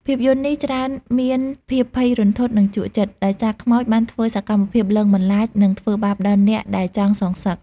ភាពយន្តនេះច្រើនមានភាពភ័យរន្ធត់និងជក់ចិត្ត ដោយសារខ្មោចបានធ្វើសកម្មភាពលងបន្លាច និងធ្វើបាបដល់អ្នកដែលចង់សងសឹក។